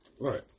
Right